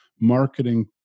marketing